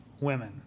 women